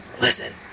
listen